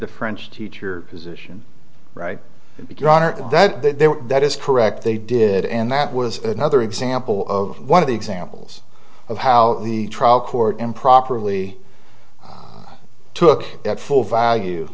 the french teacher position right because that that is correct they did and that was another example of one of the examples of how the trial court improperly took that full value